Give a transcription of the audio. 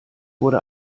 wurde